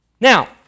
Now